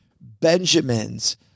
Benjamins